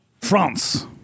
France